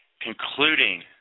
Concluding